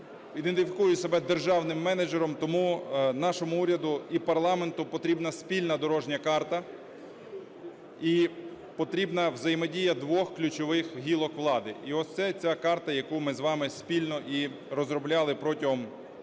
ідентифікую себе державним менеджером. Тому нашому уряду і парламенту потрібна спільна дорожня карта і потрібна взаємодія двох ключових гілок влади. І ось це ця карта, яку ми з вами спільно і розробляли протягом